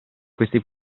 questi